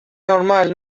normal